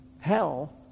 hell